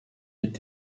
est